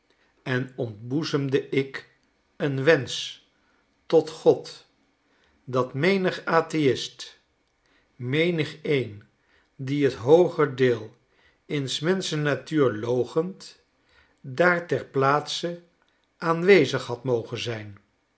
en ontboezemde ik een wensch tot god dat menig atheist menigeen die het hooger deel in s menschen natuur loochent daar ter plaats aanwezig had mogen zijn